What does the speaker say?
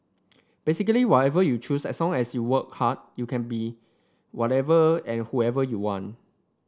basically whatever you choose as long as you work hard you can be whatever and whoever you want